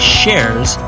shares